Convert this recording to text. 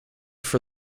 for